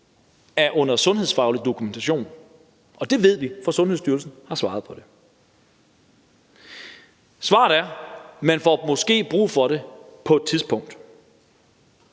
er under sundhedsfaglig dokumentation; og det ved vi, for Sundhedsstyrelsen har svaret på det. Svaret er, at man måske får brug for det på et tidspunkt.